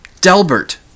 Delbert